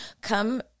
Come